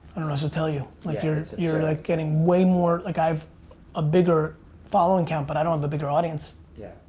else to tell you, like you're you're like getting way more, like i've a bigger following count but i don't have a bigger audience. yeah.